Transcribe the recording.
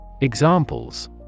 Examples